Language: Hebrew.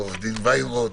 עו"ד וינרוט,